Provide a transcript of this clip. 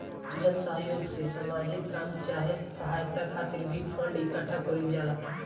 जन सह योग से सामाजिक काम चाहे सहायता खातिर भी फंड इकट्ठा कईल जाला